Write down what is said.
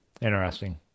Interesting